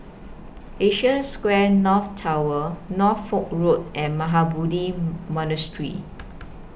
Asia Square North Tower Norfolk Road and Mahabodhi Monastery